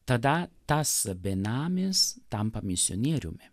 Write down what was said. tada tas benamis tampa misionieriumi